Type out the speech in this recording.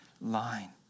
line